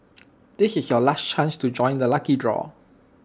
this is your last chance to join the lucky draw